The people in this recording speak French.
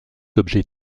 objet